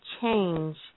change